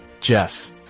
Jeff